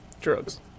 Drugs